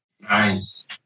Nice